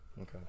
Okay